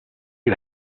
you